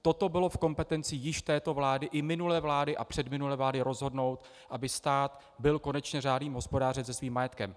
Toto bylo v kompetenci již této vlády i minulé vlády a předminulé vlády rozhodnout, aby stát byl konečně řádným hospodářem se svým majetkem.